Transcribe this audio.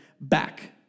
back